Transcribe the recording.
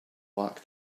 back